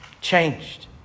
changed